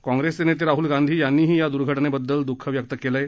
काँग्रेसचे नेते राहूल गांधी यांनीही या दुर्घटनेबद्दल दुःख व्यक्त केलंय